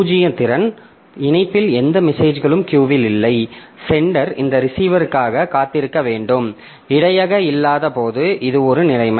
பூஜ்ஜிய திறன் இணைப்பில் எந்த மெசேஜ்களும் கியூவில் இல்லை சென்டர் இந்த ரிசீவருக்காக காத்திருக்க வேண்டும் இடையக இல்லாத போது இது ஒரு நிலைமை